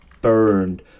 burned